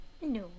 No